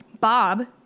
Bob